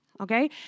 okay